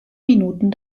minuten